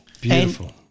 beautiful